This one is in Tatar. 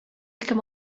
кем